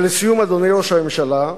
ולסיום, אדוני ראש הממשלה,